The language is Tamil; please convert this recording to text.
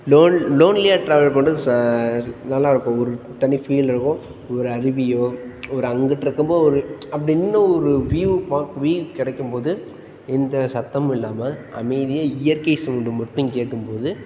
லோன்ல் லோன்லியாக ட்ராவல் பண்ணுறது ச நல்லா இருக்கும் ஒரு தனி ஃபீல் இருக்கும் ஒரு அருவியோ ஒரு அங்கிட்டிருக்கும்போ ஒரு அப்படி நின்று ஒரு வ்யூ பாக் வ்யூ கிடைக்கும் போது எந்த சத்தமும் இல்லாமல் அமைதியாக இயற்கை சவுண்டு மட்டும் கேட்கும் போது